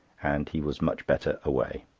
and he was much better away.